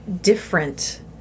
different